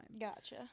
gotcha